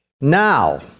Now